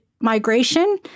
migration